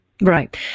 Right